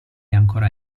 ancora